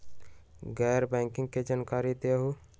गैर बैंकिंग के जानकारी दिहूँ?